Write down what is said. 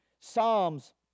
Psalms